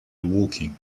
walking